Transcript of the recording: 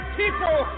people